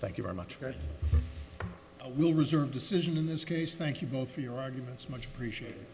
thank you very much i will reserve decision in this case thank you both for your arguments much appreciate